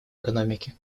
экономики